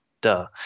Duh